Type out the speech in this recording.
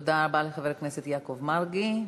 תודה רבה לחבר הכנסת יעקב מרגי.